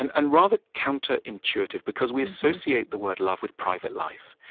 and and rather counterintuitive because we associate the word love with private life.